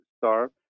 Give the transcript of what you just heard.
starve